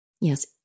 Yes